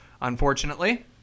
unfortunately